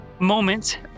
Moment